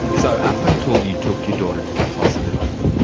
so up until you took your daughter to the hospital,